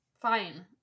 Fine